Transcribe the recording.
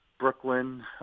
Brooklyn